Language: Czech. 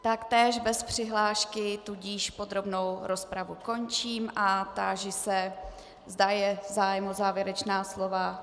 Taktéž bez přihlášky, tudíž podrobnou rozpravu končím a táži se, zda je zájem o závěrečná slova.